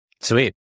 Sweet